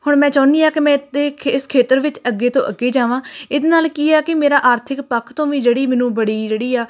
ਹੁਣ ਮੈਂ ਚਾਹੁੰਦੀ ਹਾਂ ਕਿ ਮੈਂ ਇਹਤੇ ਇਸ ਖੇਤਰ ਵਿੱਚ ਅੱਗੇ ਤੋਂ ਅੱਗੇ ਜਾਵਾਂ ਇਹਦੇ ਨਾਲ ਕੀ ਆ ਕਿ ਮੇਰਾ ਆਰਥਿਕ ਪੱਖ ਤੋਂ ਵੀ ਜਿਹੜੀ ਮੈਨੂੰ ਬੜੀ ਜਿਹੜੀ ਆ